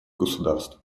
государств